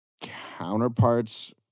Counterparts